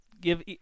give